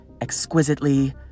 exquisitely